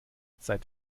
seit